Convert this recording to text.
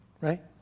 Right